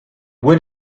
would